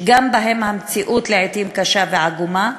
וגם בהם המציאות לעתים קשה ועגומה,